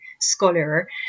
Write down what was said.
scholar